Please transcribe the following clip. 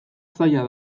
zaila